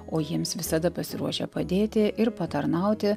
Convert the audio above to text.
o jiems visada pasiruošę padėti ir patarnauti